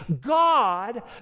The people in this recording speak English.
God